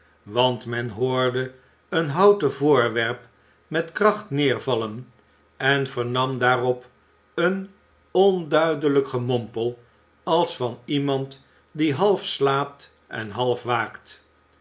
want men hoorde een houten voorwerp met kracht neervallen en vernam daarop een onduidelijk gemompel als van iemand die half slaapt en half waakt